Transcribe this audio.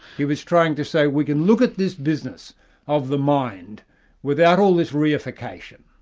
he was trying to say, we can look at this business of the mind without all this reification,